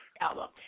album